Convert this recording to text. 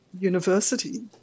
university